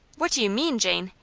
what do you mean, jane?